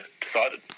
decided